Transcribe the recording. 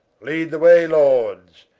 lead the way lords,